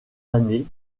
années